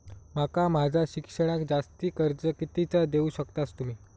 माका माझा शिक्षणाक जास्ती कर्ज कितीचा देऊ शकतास तुम्ही?